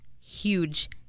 huge